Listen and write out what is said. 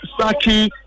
Saki